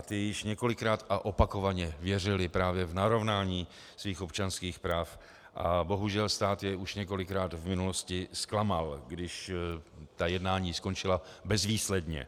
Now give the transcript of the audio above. Ti již několikrát a opakovaně věřili právě v narovnání svých občanských práv a bohužel stát je už několikrát v minulosti zklamal, když ta jednání skončila bezvýsledně.